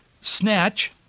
snatch